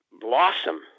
blossom